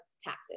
taxes